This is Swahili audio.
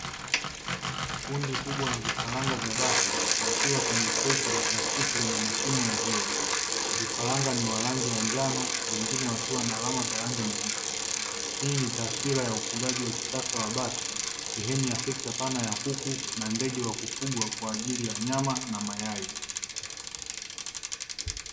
Kundi kubwa la vifaranga vya bata, wakiwa kwenye kreti la plastiki lenye mashimo ya hewa. Vifaranga ni wa rangi ya njano, wengine wakiwa na alama za rangi nyeusi. Hii ni taswira ya ufugaji wa kisasa wa bata, sehemu ya sekta pana ya kuku na ndege wa kufugwa kwa ajili ya nyama na mayai.